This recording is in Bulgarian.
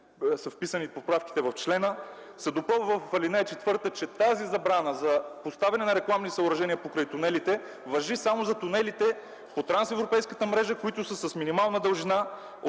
са вписани поправките в члена, в ал. 4 се допълва, че тази забрана за поставяне на рекламни съоръжения покрай тунели важи само за тунелите по трансевропейската мрежа, които са с минимална дължина